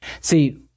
see